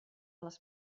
les